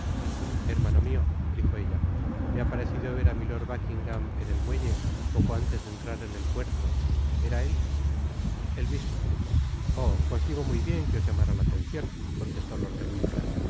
hermano mio dijo ella me ha parecido ver á milord buckingam en el muelle poco antes de entrar en el puerto era él el mismo oh t concibo muy bien que os llamára la atencion contestó lord de winter